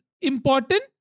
important